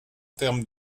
termes